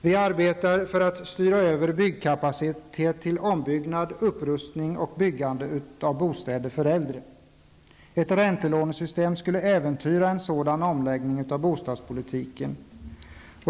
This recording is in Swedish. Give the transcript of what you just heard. Vi arbetar för att styra över byggkapacitet till ombyggnad, upprustning och byggande av bostäder för äldre. Ett räntelånesystem skulle äventyra en sådan omläggning av bostadspolitiken.